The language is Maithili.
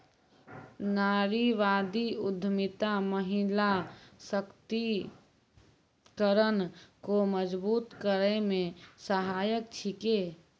नारीवादी उद्यमिता महिला सशक्तिकरण को मजबूत करै मे सहायक छिकै